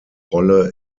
rolle